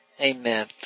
Amen